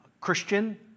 Christian